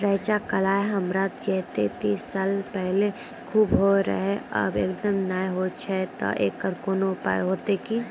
रेचा, कलाय हमरा येते तीस साल पहले खूब होय रहें, अब एकदम नैय होय छैय तऽ एकरऽ कोनो उपाय हेते कि?